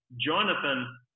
Jonathan